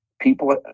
people